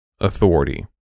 authority